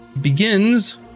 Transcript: begins